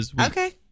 Okay